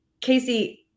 Casey